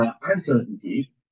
uncertainty